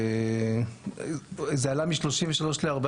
זה עלה מ-33 ל-40,